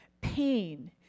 pain